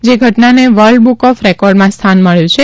જે ઘટનાને world book of રેકોર્ડમાં સ્થાન મળ્યું છે